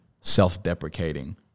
self-deprecating